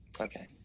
Okay